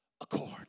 accord